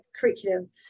curriculum